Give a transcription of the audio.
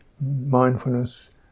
mindfulness